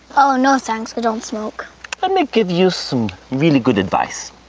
oh, no, thanks. don't smoke. let me give you some really good advice.